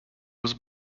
was